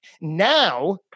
Now